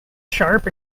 sharp